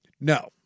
No